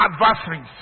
adversaries